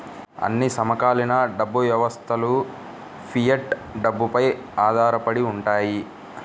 అన్ని సమకాలీన డబ్బు వ్యవస్థలుఫియట్ డబ్బుపై ఆధారపడి ఉంటాయి